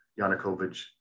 Yanukovych